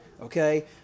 okay